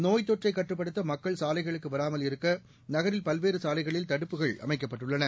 நோய்த் தொற்றைக் கட்டப்படுத்த மக்கள் சாலைகளுக்கு வராமல் இருக்க நகரில் பல்வேறு சாலைகளில் தடுப்புகள் அமைக்கப்பட்டுள்ளன